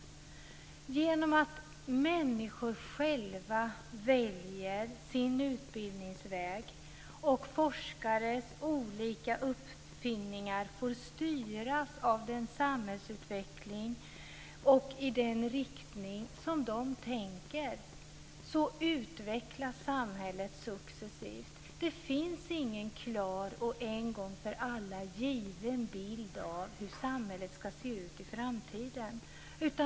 Genom att människor själva väljer sin utbildningsväg och forskares olika uppfinningar får styras av samhällsutvecklingen och den riktning som de tänker i utvecklas samhället successivt. Det finns ingen klar och en gång för alla given bild av hur samhället ska se ut i framtiden.